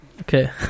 Okay